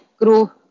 grow